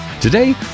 Today